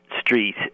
street